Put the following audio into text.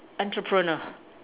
entrepreneurial